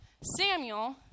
Samuel